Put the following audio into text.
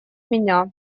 меня